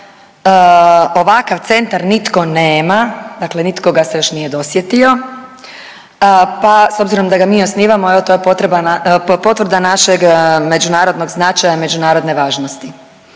ovakav centar nitko nema, dakle nitko ga se još nije dosjetio, pa s obzirom da ga mi osnivamo evo to je potvrda našeg međunarodnog značaja međunarodne važnosti.